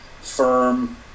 firm